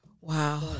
wow